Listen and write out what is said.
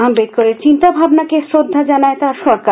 আশ্বেদকরের চিন্তা ভাবনাকে শ্রদ্ধা জানায় তার সরকার